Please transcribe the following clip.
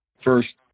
First